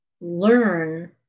learn